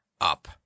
up